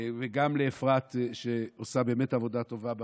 וגם לאפרת, שעשתה עבודה באמת טובה בוועדה,